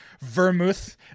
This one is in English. vermouth